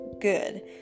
good